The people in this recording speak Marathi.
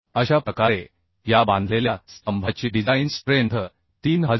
अशा प्रकारे या बांधलेल्या स्तंभाची डिजाइन स्ट्रेंथ 3208